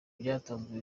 byatanzwe